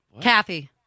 Kathy